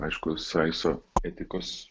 aišku saisto etikos